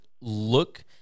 look